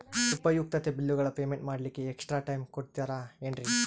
ಉಪಯುಕ್ತತೆ ಬಿಲ್ಲುಗಳ ಪೇಮೆಂಟ್ ಮಾಡ್ಲಿಕ್ಕೆ ಎಕ್ಸ್ಟ್ರಾ ಟೈಮ್ ಕೊಡ್ತೇರಾ ಏನ್ರಿ?